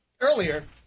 Earlier